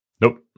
nope